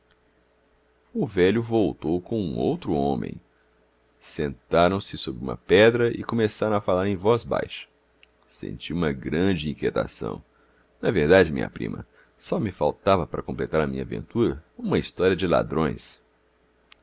o velho voltou com um outro homem sentaram-se sobre uma pedra e começaram a falar em voz baixa senti uma grande inquietação na verdade minha prima só me faltava para completar a minha aventura uma história de ladrões